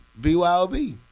BYOB